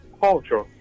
Culture